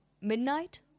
midnight